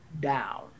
down